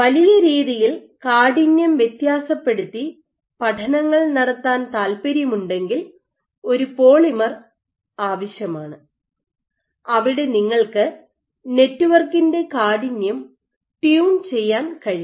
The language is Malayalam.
വലിയ രീതിയിൽ കാഠിന്യം വ്യത്യാസപ്പെടുത്തി പഠനങ്ങൾ നടത്താൻ താൽപ്പര്യമുണ്ടെങ്കിൽ ഒരു പോളിമർ ആവശ്യമാണ് അവിടെ നിങ്ങൾക്ക് നെറ്റ്വർക്കിന്റെ കാഠിന്യം ട്യൂൺ ചെയ്യാൻ കഴിയും